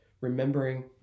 remembering